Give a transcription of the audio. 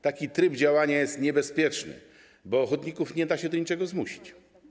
Taki tryb działania jest niebezpieczny, bo ochotników nie da się do niczego zmusić.